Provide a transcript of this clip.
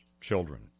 children